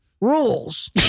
Rules